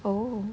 oh